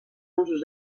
usos